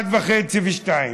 01:30 ו-02:00.